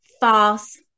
false